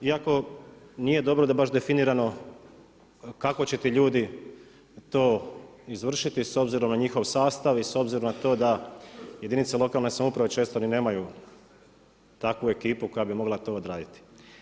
Iako nije dobro da baš definirano kako će ti ljudi to izvršiti s obzirom na njihov sastav i s obzirom na to da jedinice lokalne samouprave često ni nemaju takvu ekipu koja bi mogla to odraditi.